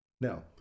now